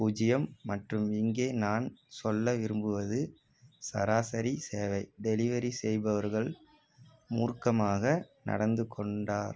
பூஜ்ஜியம் மற்றும் இங்கே நான் சொல்ல விரும்புவது சராசரி சேவை டெலிவரி செய்பவர்கள் மூர்க்கமாக நடந்துகொண்டார்